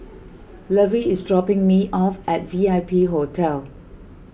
Lovie is dropping me off at V I P Hotel